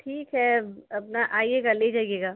ठीक है अब अपना आइएगा ले जाइएगा